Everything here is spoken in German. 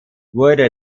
wurde